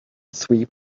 three